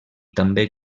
també